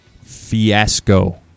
fiasco